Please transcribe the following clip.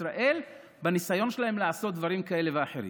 ישראל בניסיון שלהם לעשות דברים כאלה ואחרים.